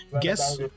Guess